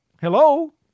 Hello